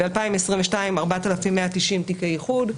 ב-2022 ניתנו 4,190 תיקי איחוד.